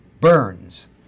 burns